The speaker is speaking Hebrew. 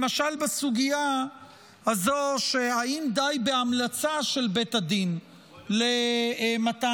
למשל בסוגיה אם די בהמלצה של בית הדין למתן